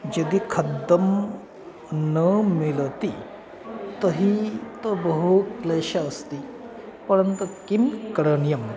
यदि खाद्यं न मिलति तहि तु बहु क्लेशः अस्ति परन्तु किं करणीयम्